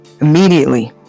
immediately